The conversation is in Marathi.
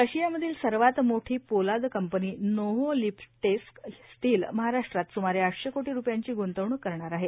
रशियामधील सर्वात मोठी पोलाद कंपनी नोव्होलिपटेस्क स्टिल महाराष्ट्रात सुमारे आठशे कोटी रुपयांची गृंतवणुक करणार आहे